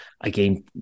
Again